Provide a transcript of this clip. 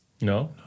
No